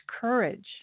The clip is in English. courage